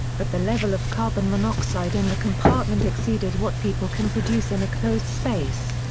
but the level of carbon-monoxide in the compartment exceeded what people can produce in a closed space.